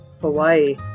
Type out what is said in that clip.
Hawaii